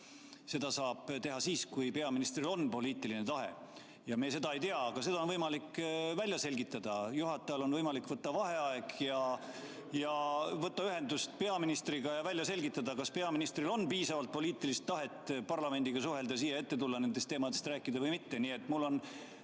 seda saab teha siis, kui peaministril on poliitiline tahe ja me ei tea seda. Aga seda on võimalik välja selgitada: juhatajal on võimalik võtta vaheaeg ja võtta ühendust peaministriga ja välja selgitada, kas peaministril on piisavalt poliitilist tahet parlamendiga suhelda, siia ette tulla, nendest teemadest rääkida või mitte. Nii et mul on